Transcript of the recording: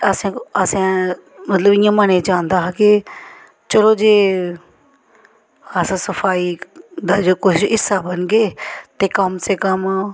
असें असें मतलब इ'यां मनै च आंदा हा कि चलो जे अस सफाई दा जे कुछ हिस्सा बनगे ते कम से कम